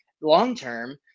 long-term